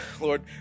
Lord